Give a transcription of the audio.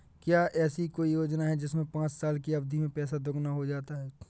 क्या ऐसी कोई योजना है जिसमें पाँच साल की अवधि में पैसा दोगुना हो जाता है?